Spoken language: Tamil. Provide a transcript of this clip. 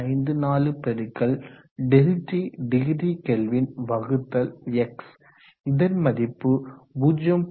54 பெருக்கல் ΔT டிகிரி கெல்வின் வகுத்தல் X இதன் மதிப்பு 0